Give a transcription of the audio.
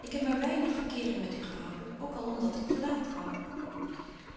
ik heb maar weinig verkeering met u gehouden ook al om dat ik te laat kwam